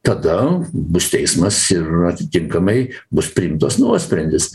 tada bus teismas ir atitinkamai bus priimtas nuosprendis